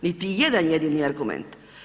Niti jedan jedini argument.